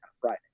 friday